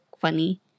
funny